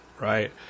right